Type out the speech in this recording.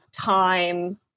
time